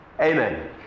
Amen